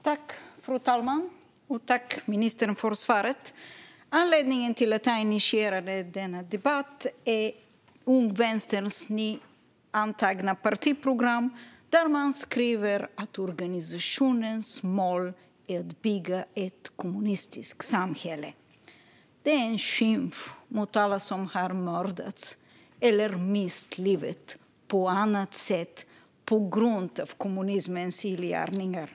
Fru talman! Tack, ministern, för svaret! Anledningen till att jag initierade denna debatt är Ung Vänsters nyantagna partiprogram där man skriver att organisationens mål är att bygga ett kommunistiskt samhälle. Det är en skymf mot alla som har mördats eller mist livet på annat sätt på grund av kommunismens illgärningar.